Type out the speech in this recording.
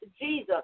jesus